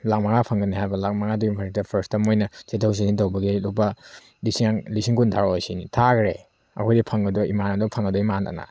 ꯂꯥꯛ ꯃꯉꯥ ꯐꯪꯒꯅꯦ ꯍꯥꯏꯕ ꯂꯥꯛ ꯃꯉꯥꯗꯨꯒꯤ ꯃꯔꯛꯇ ꯐꯥꯔ꯭ꯁꯇ ꯃꯣꯏꯅ ꯆꯦꯟꯊꯣꯛ ꯆꯦꯟꯁꯤꯟ ꯇꯧꯕꯒꯤ ꯂꯨꯄꯥ ꯂꯤꯁꯤꯡ ꯀꯨꯟ ꯊꯥꯔꯛꯑꯣ ꯁꯤꯅꯤ ꯊꯥꯈꯔꯦ ꯑꯩꯈꯣꯏꯗꯤ ꯐꯪꯒꯗꯣꯏ ꯏꯃꯥꯅꯕꯗꯣ ꯐꯪꯒꯗꯣꯏ ꯃꯥꯟꯗꯅ